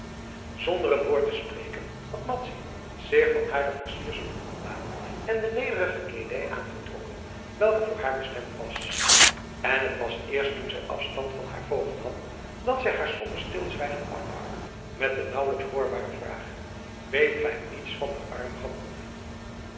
zonder een woord te spreken had madzy zich van hare versierselen ontdaan en de nederige kleedij aangetrokken welke voor haar bestemd was en het was eerst toen zij afscheid van haar voogd nam dat zij haar somber stilzwijgen afbrak met de nauwelijks hoorbare vraag weet gij iets van den armen gewonde